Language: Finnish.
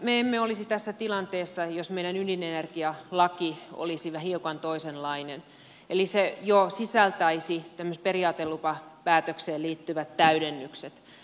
me emme olisi tässä tilanteessa jos meidän ydinenergialakimme olisi hiukan toisenlainen eli se jo sisältäisi tämmöiset periaatelupapäätökseen liittyvät täydennykset